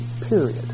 period